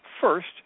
First